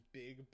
big